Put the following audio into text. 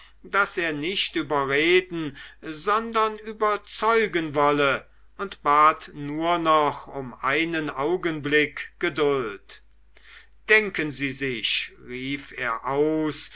daß er nicht überreden sondern überzeugen wolle und bat nur noch um einen augenblick geduld denken sie sich rief er aus